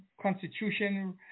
Constitution